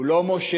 הוא לא מושל,